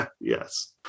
yes